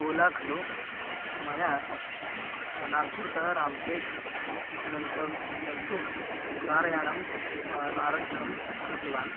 ओला खलु मया नागपुरतः रामटेकं गन्तव्यं गन्तुं कारयानम् आरक्षणं कृतवान्